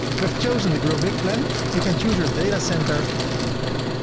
we've chosen the growbig plan you can choose your data center